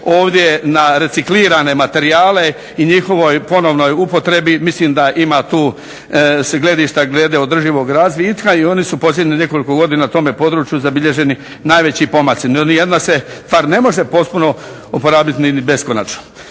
ovdje na reciklirane materijale i njihovoj ponovnoj upotrebi. Mislim da ima tu gledišta glede održivog razvitka i oni su u posljednjih nekoliko godina na tome području zabilježeni najveći pomaci. No, ni jedna se stvar ne može potpuno uporabit ni beskonačno.